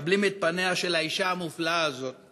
מקבלים את פניה של האישה המופלאה הזאת.